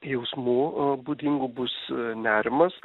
jausmų būdingų bus nerimas